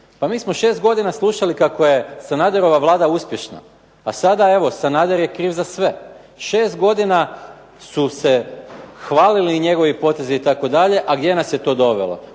Pa mi smo šest godina slušali kako je Sanaderova Vlada uspješna, a sada evo Sanader je kriv za sve. Šest godina su se hvalili njegovi potezi itd., a gdje nas je to dovelo?